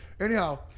anyhow